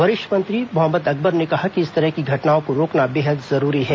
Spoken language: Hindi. वरिष्ठ मंत्री मोहम्मद अकबर ने कहा कि इस तरह की घटनाओं को रोकना बेहद जरूरी है